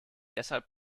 deshalb